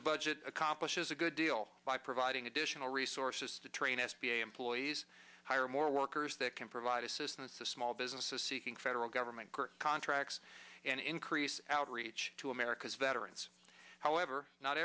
the budget accomplishes a good deal by providing additional resources to train s b a employees hire more workers that can provide assistance to small businesses seeking federal government contracts and increase outreach to america's veterans however not